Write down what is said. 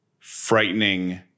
frightening